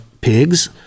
pigs